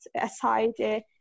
aside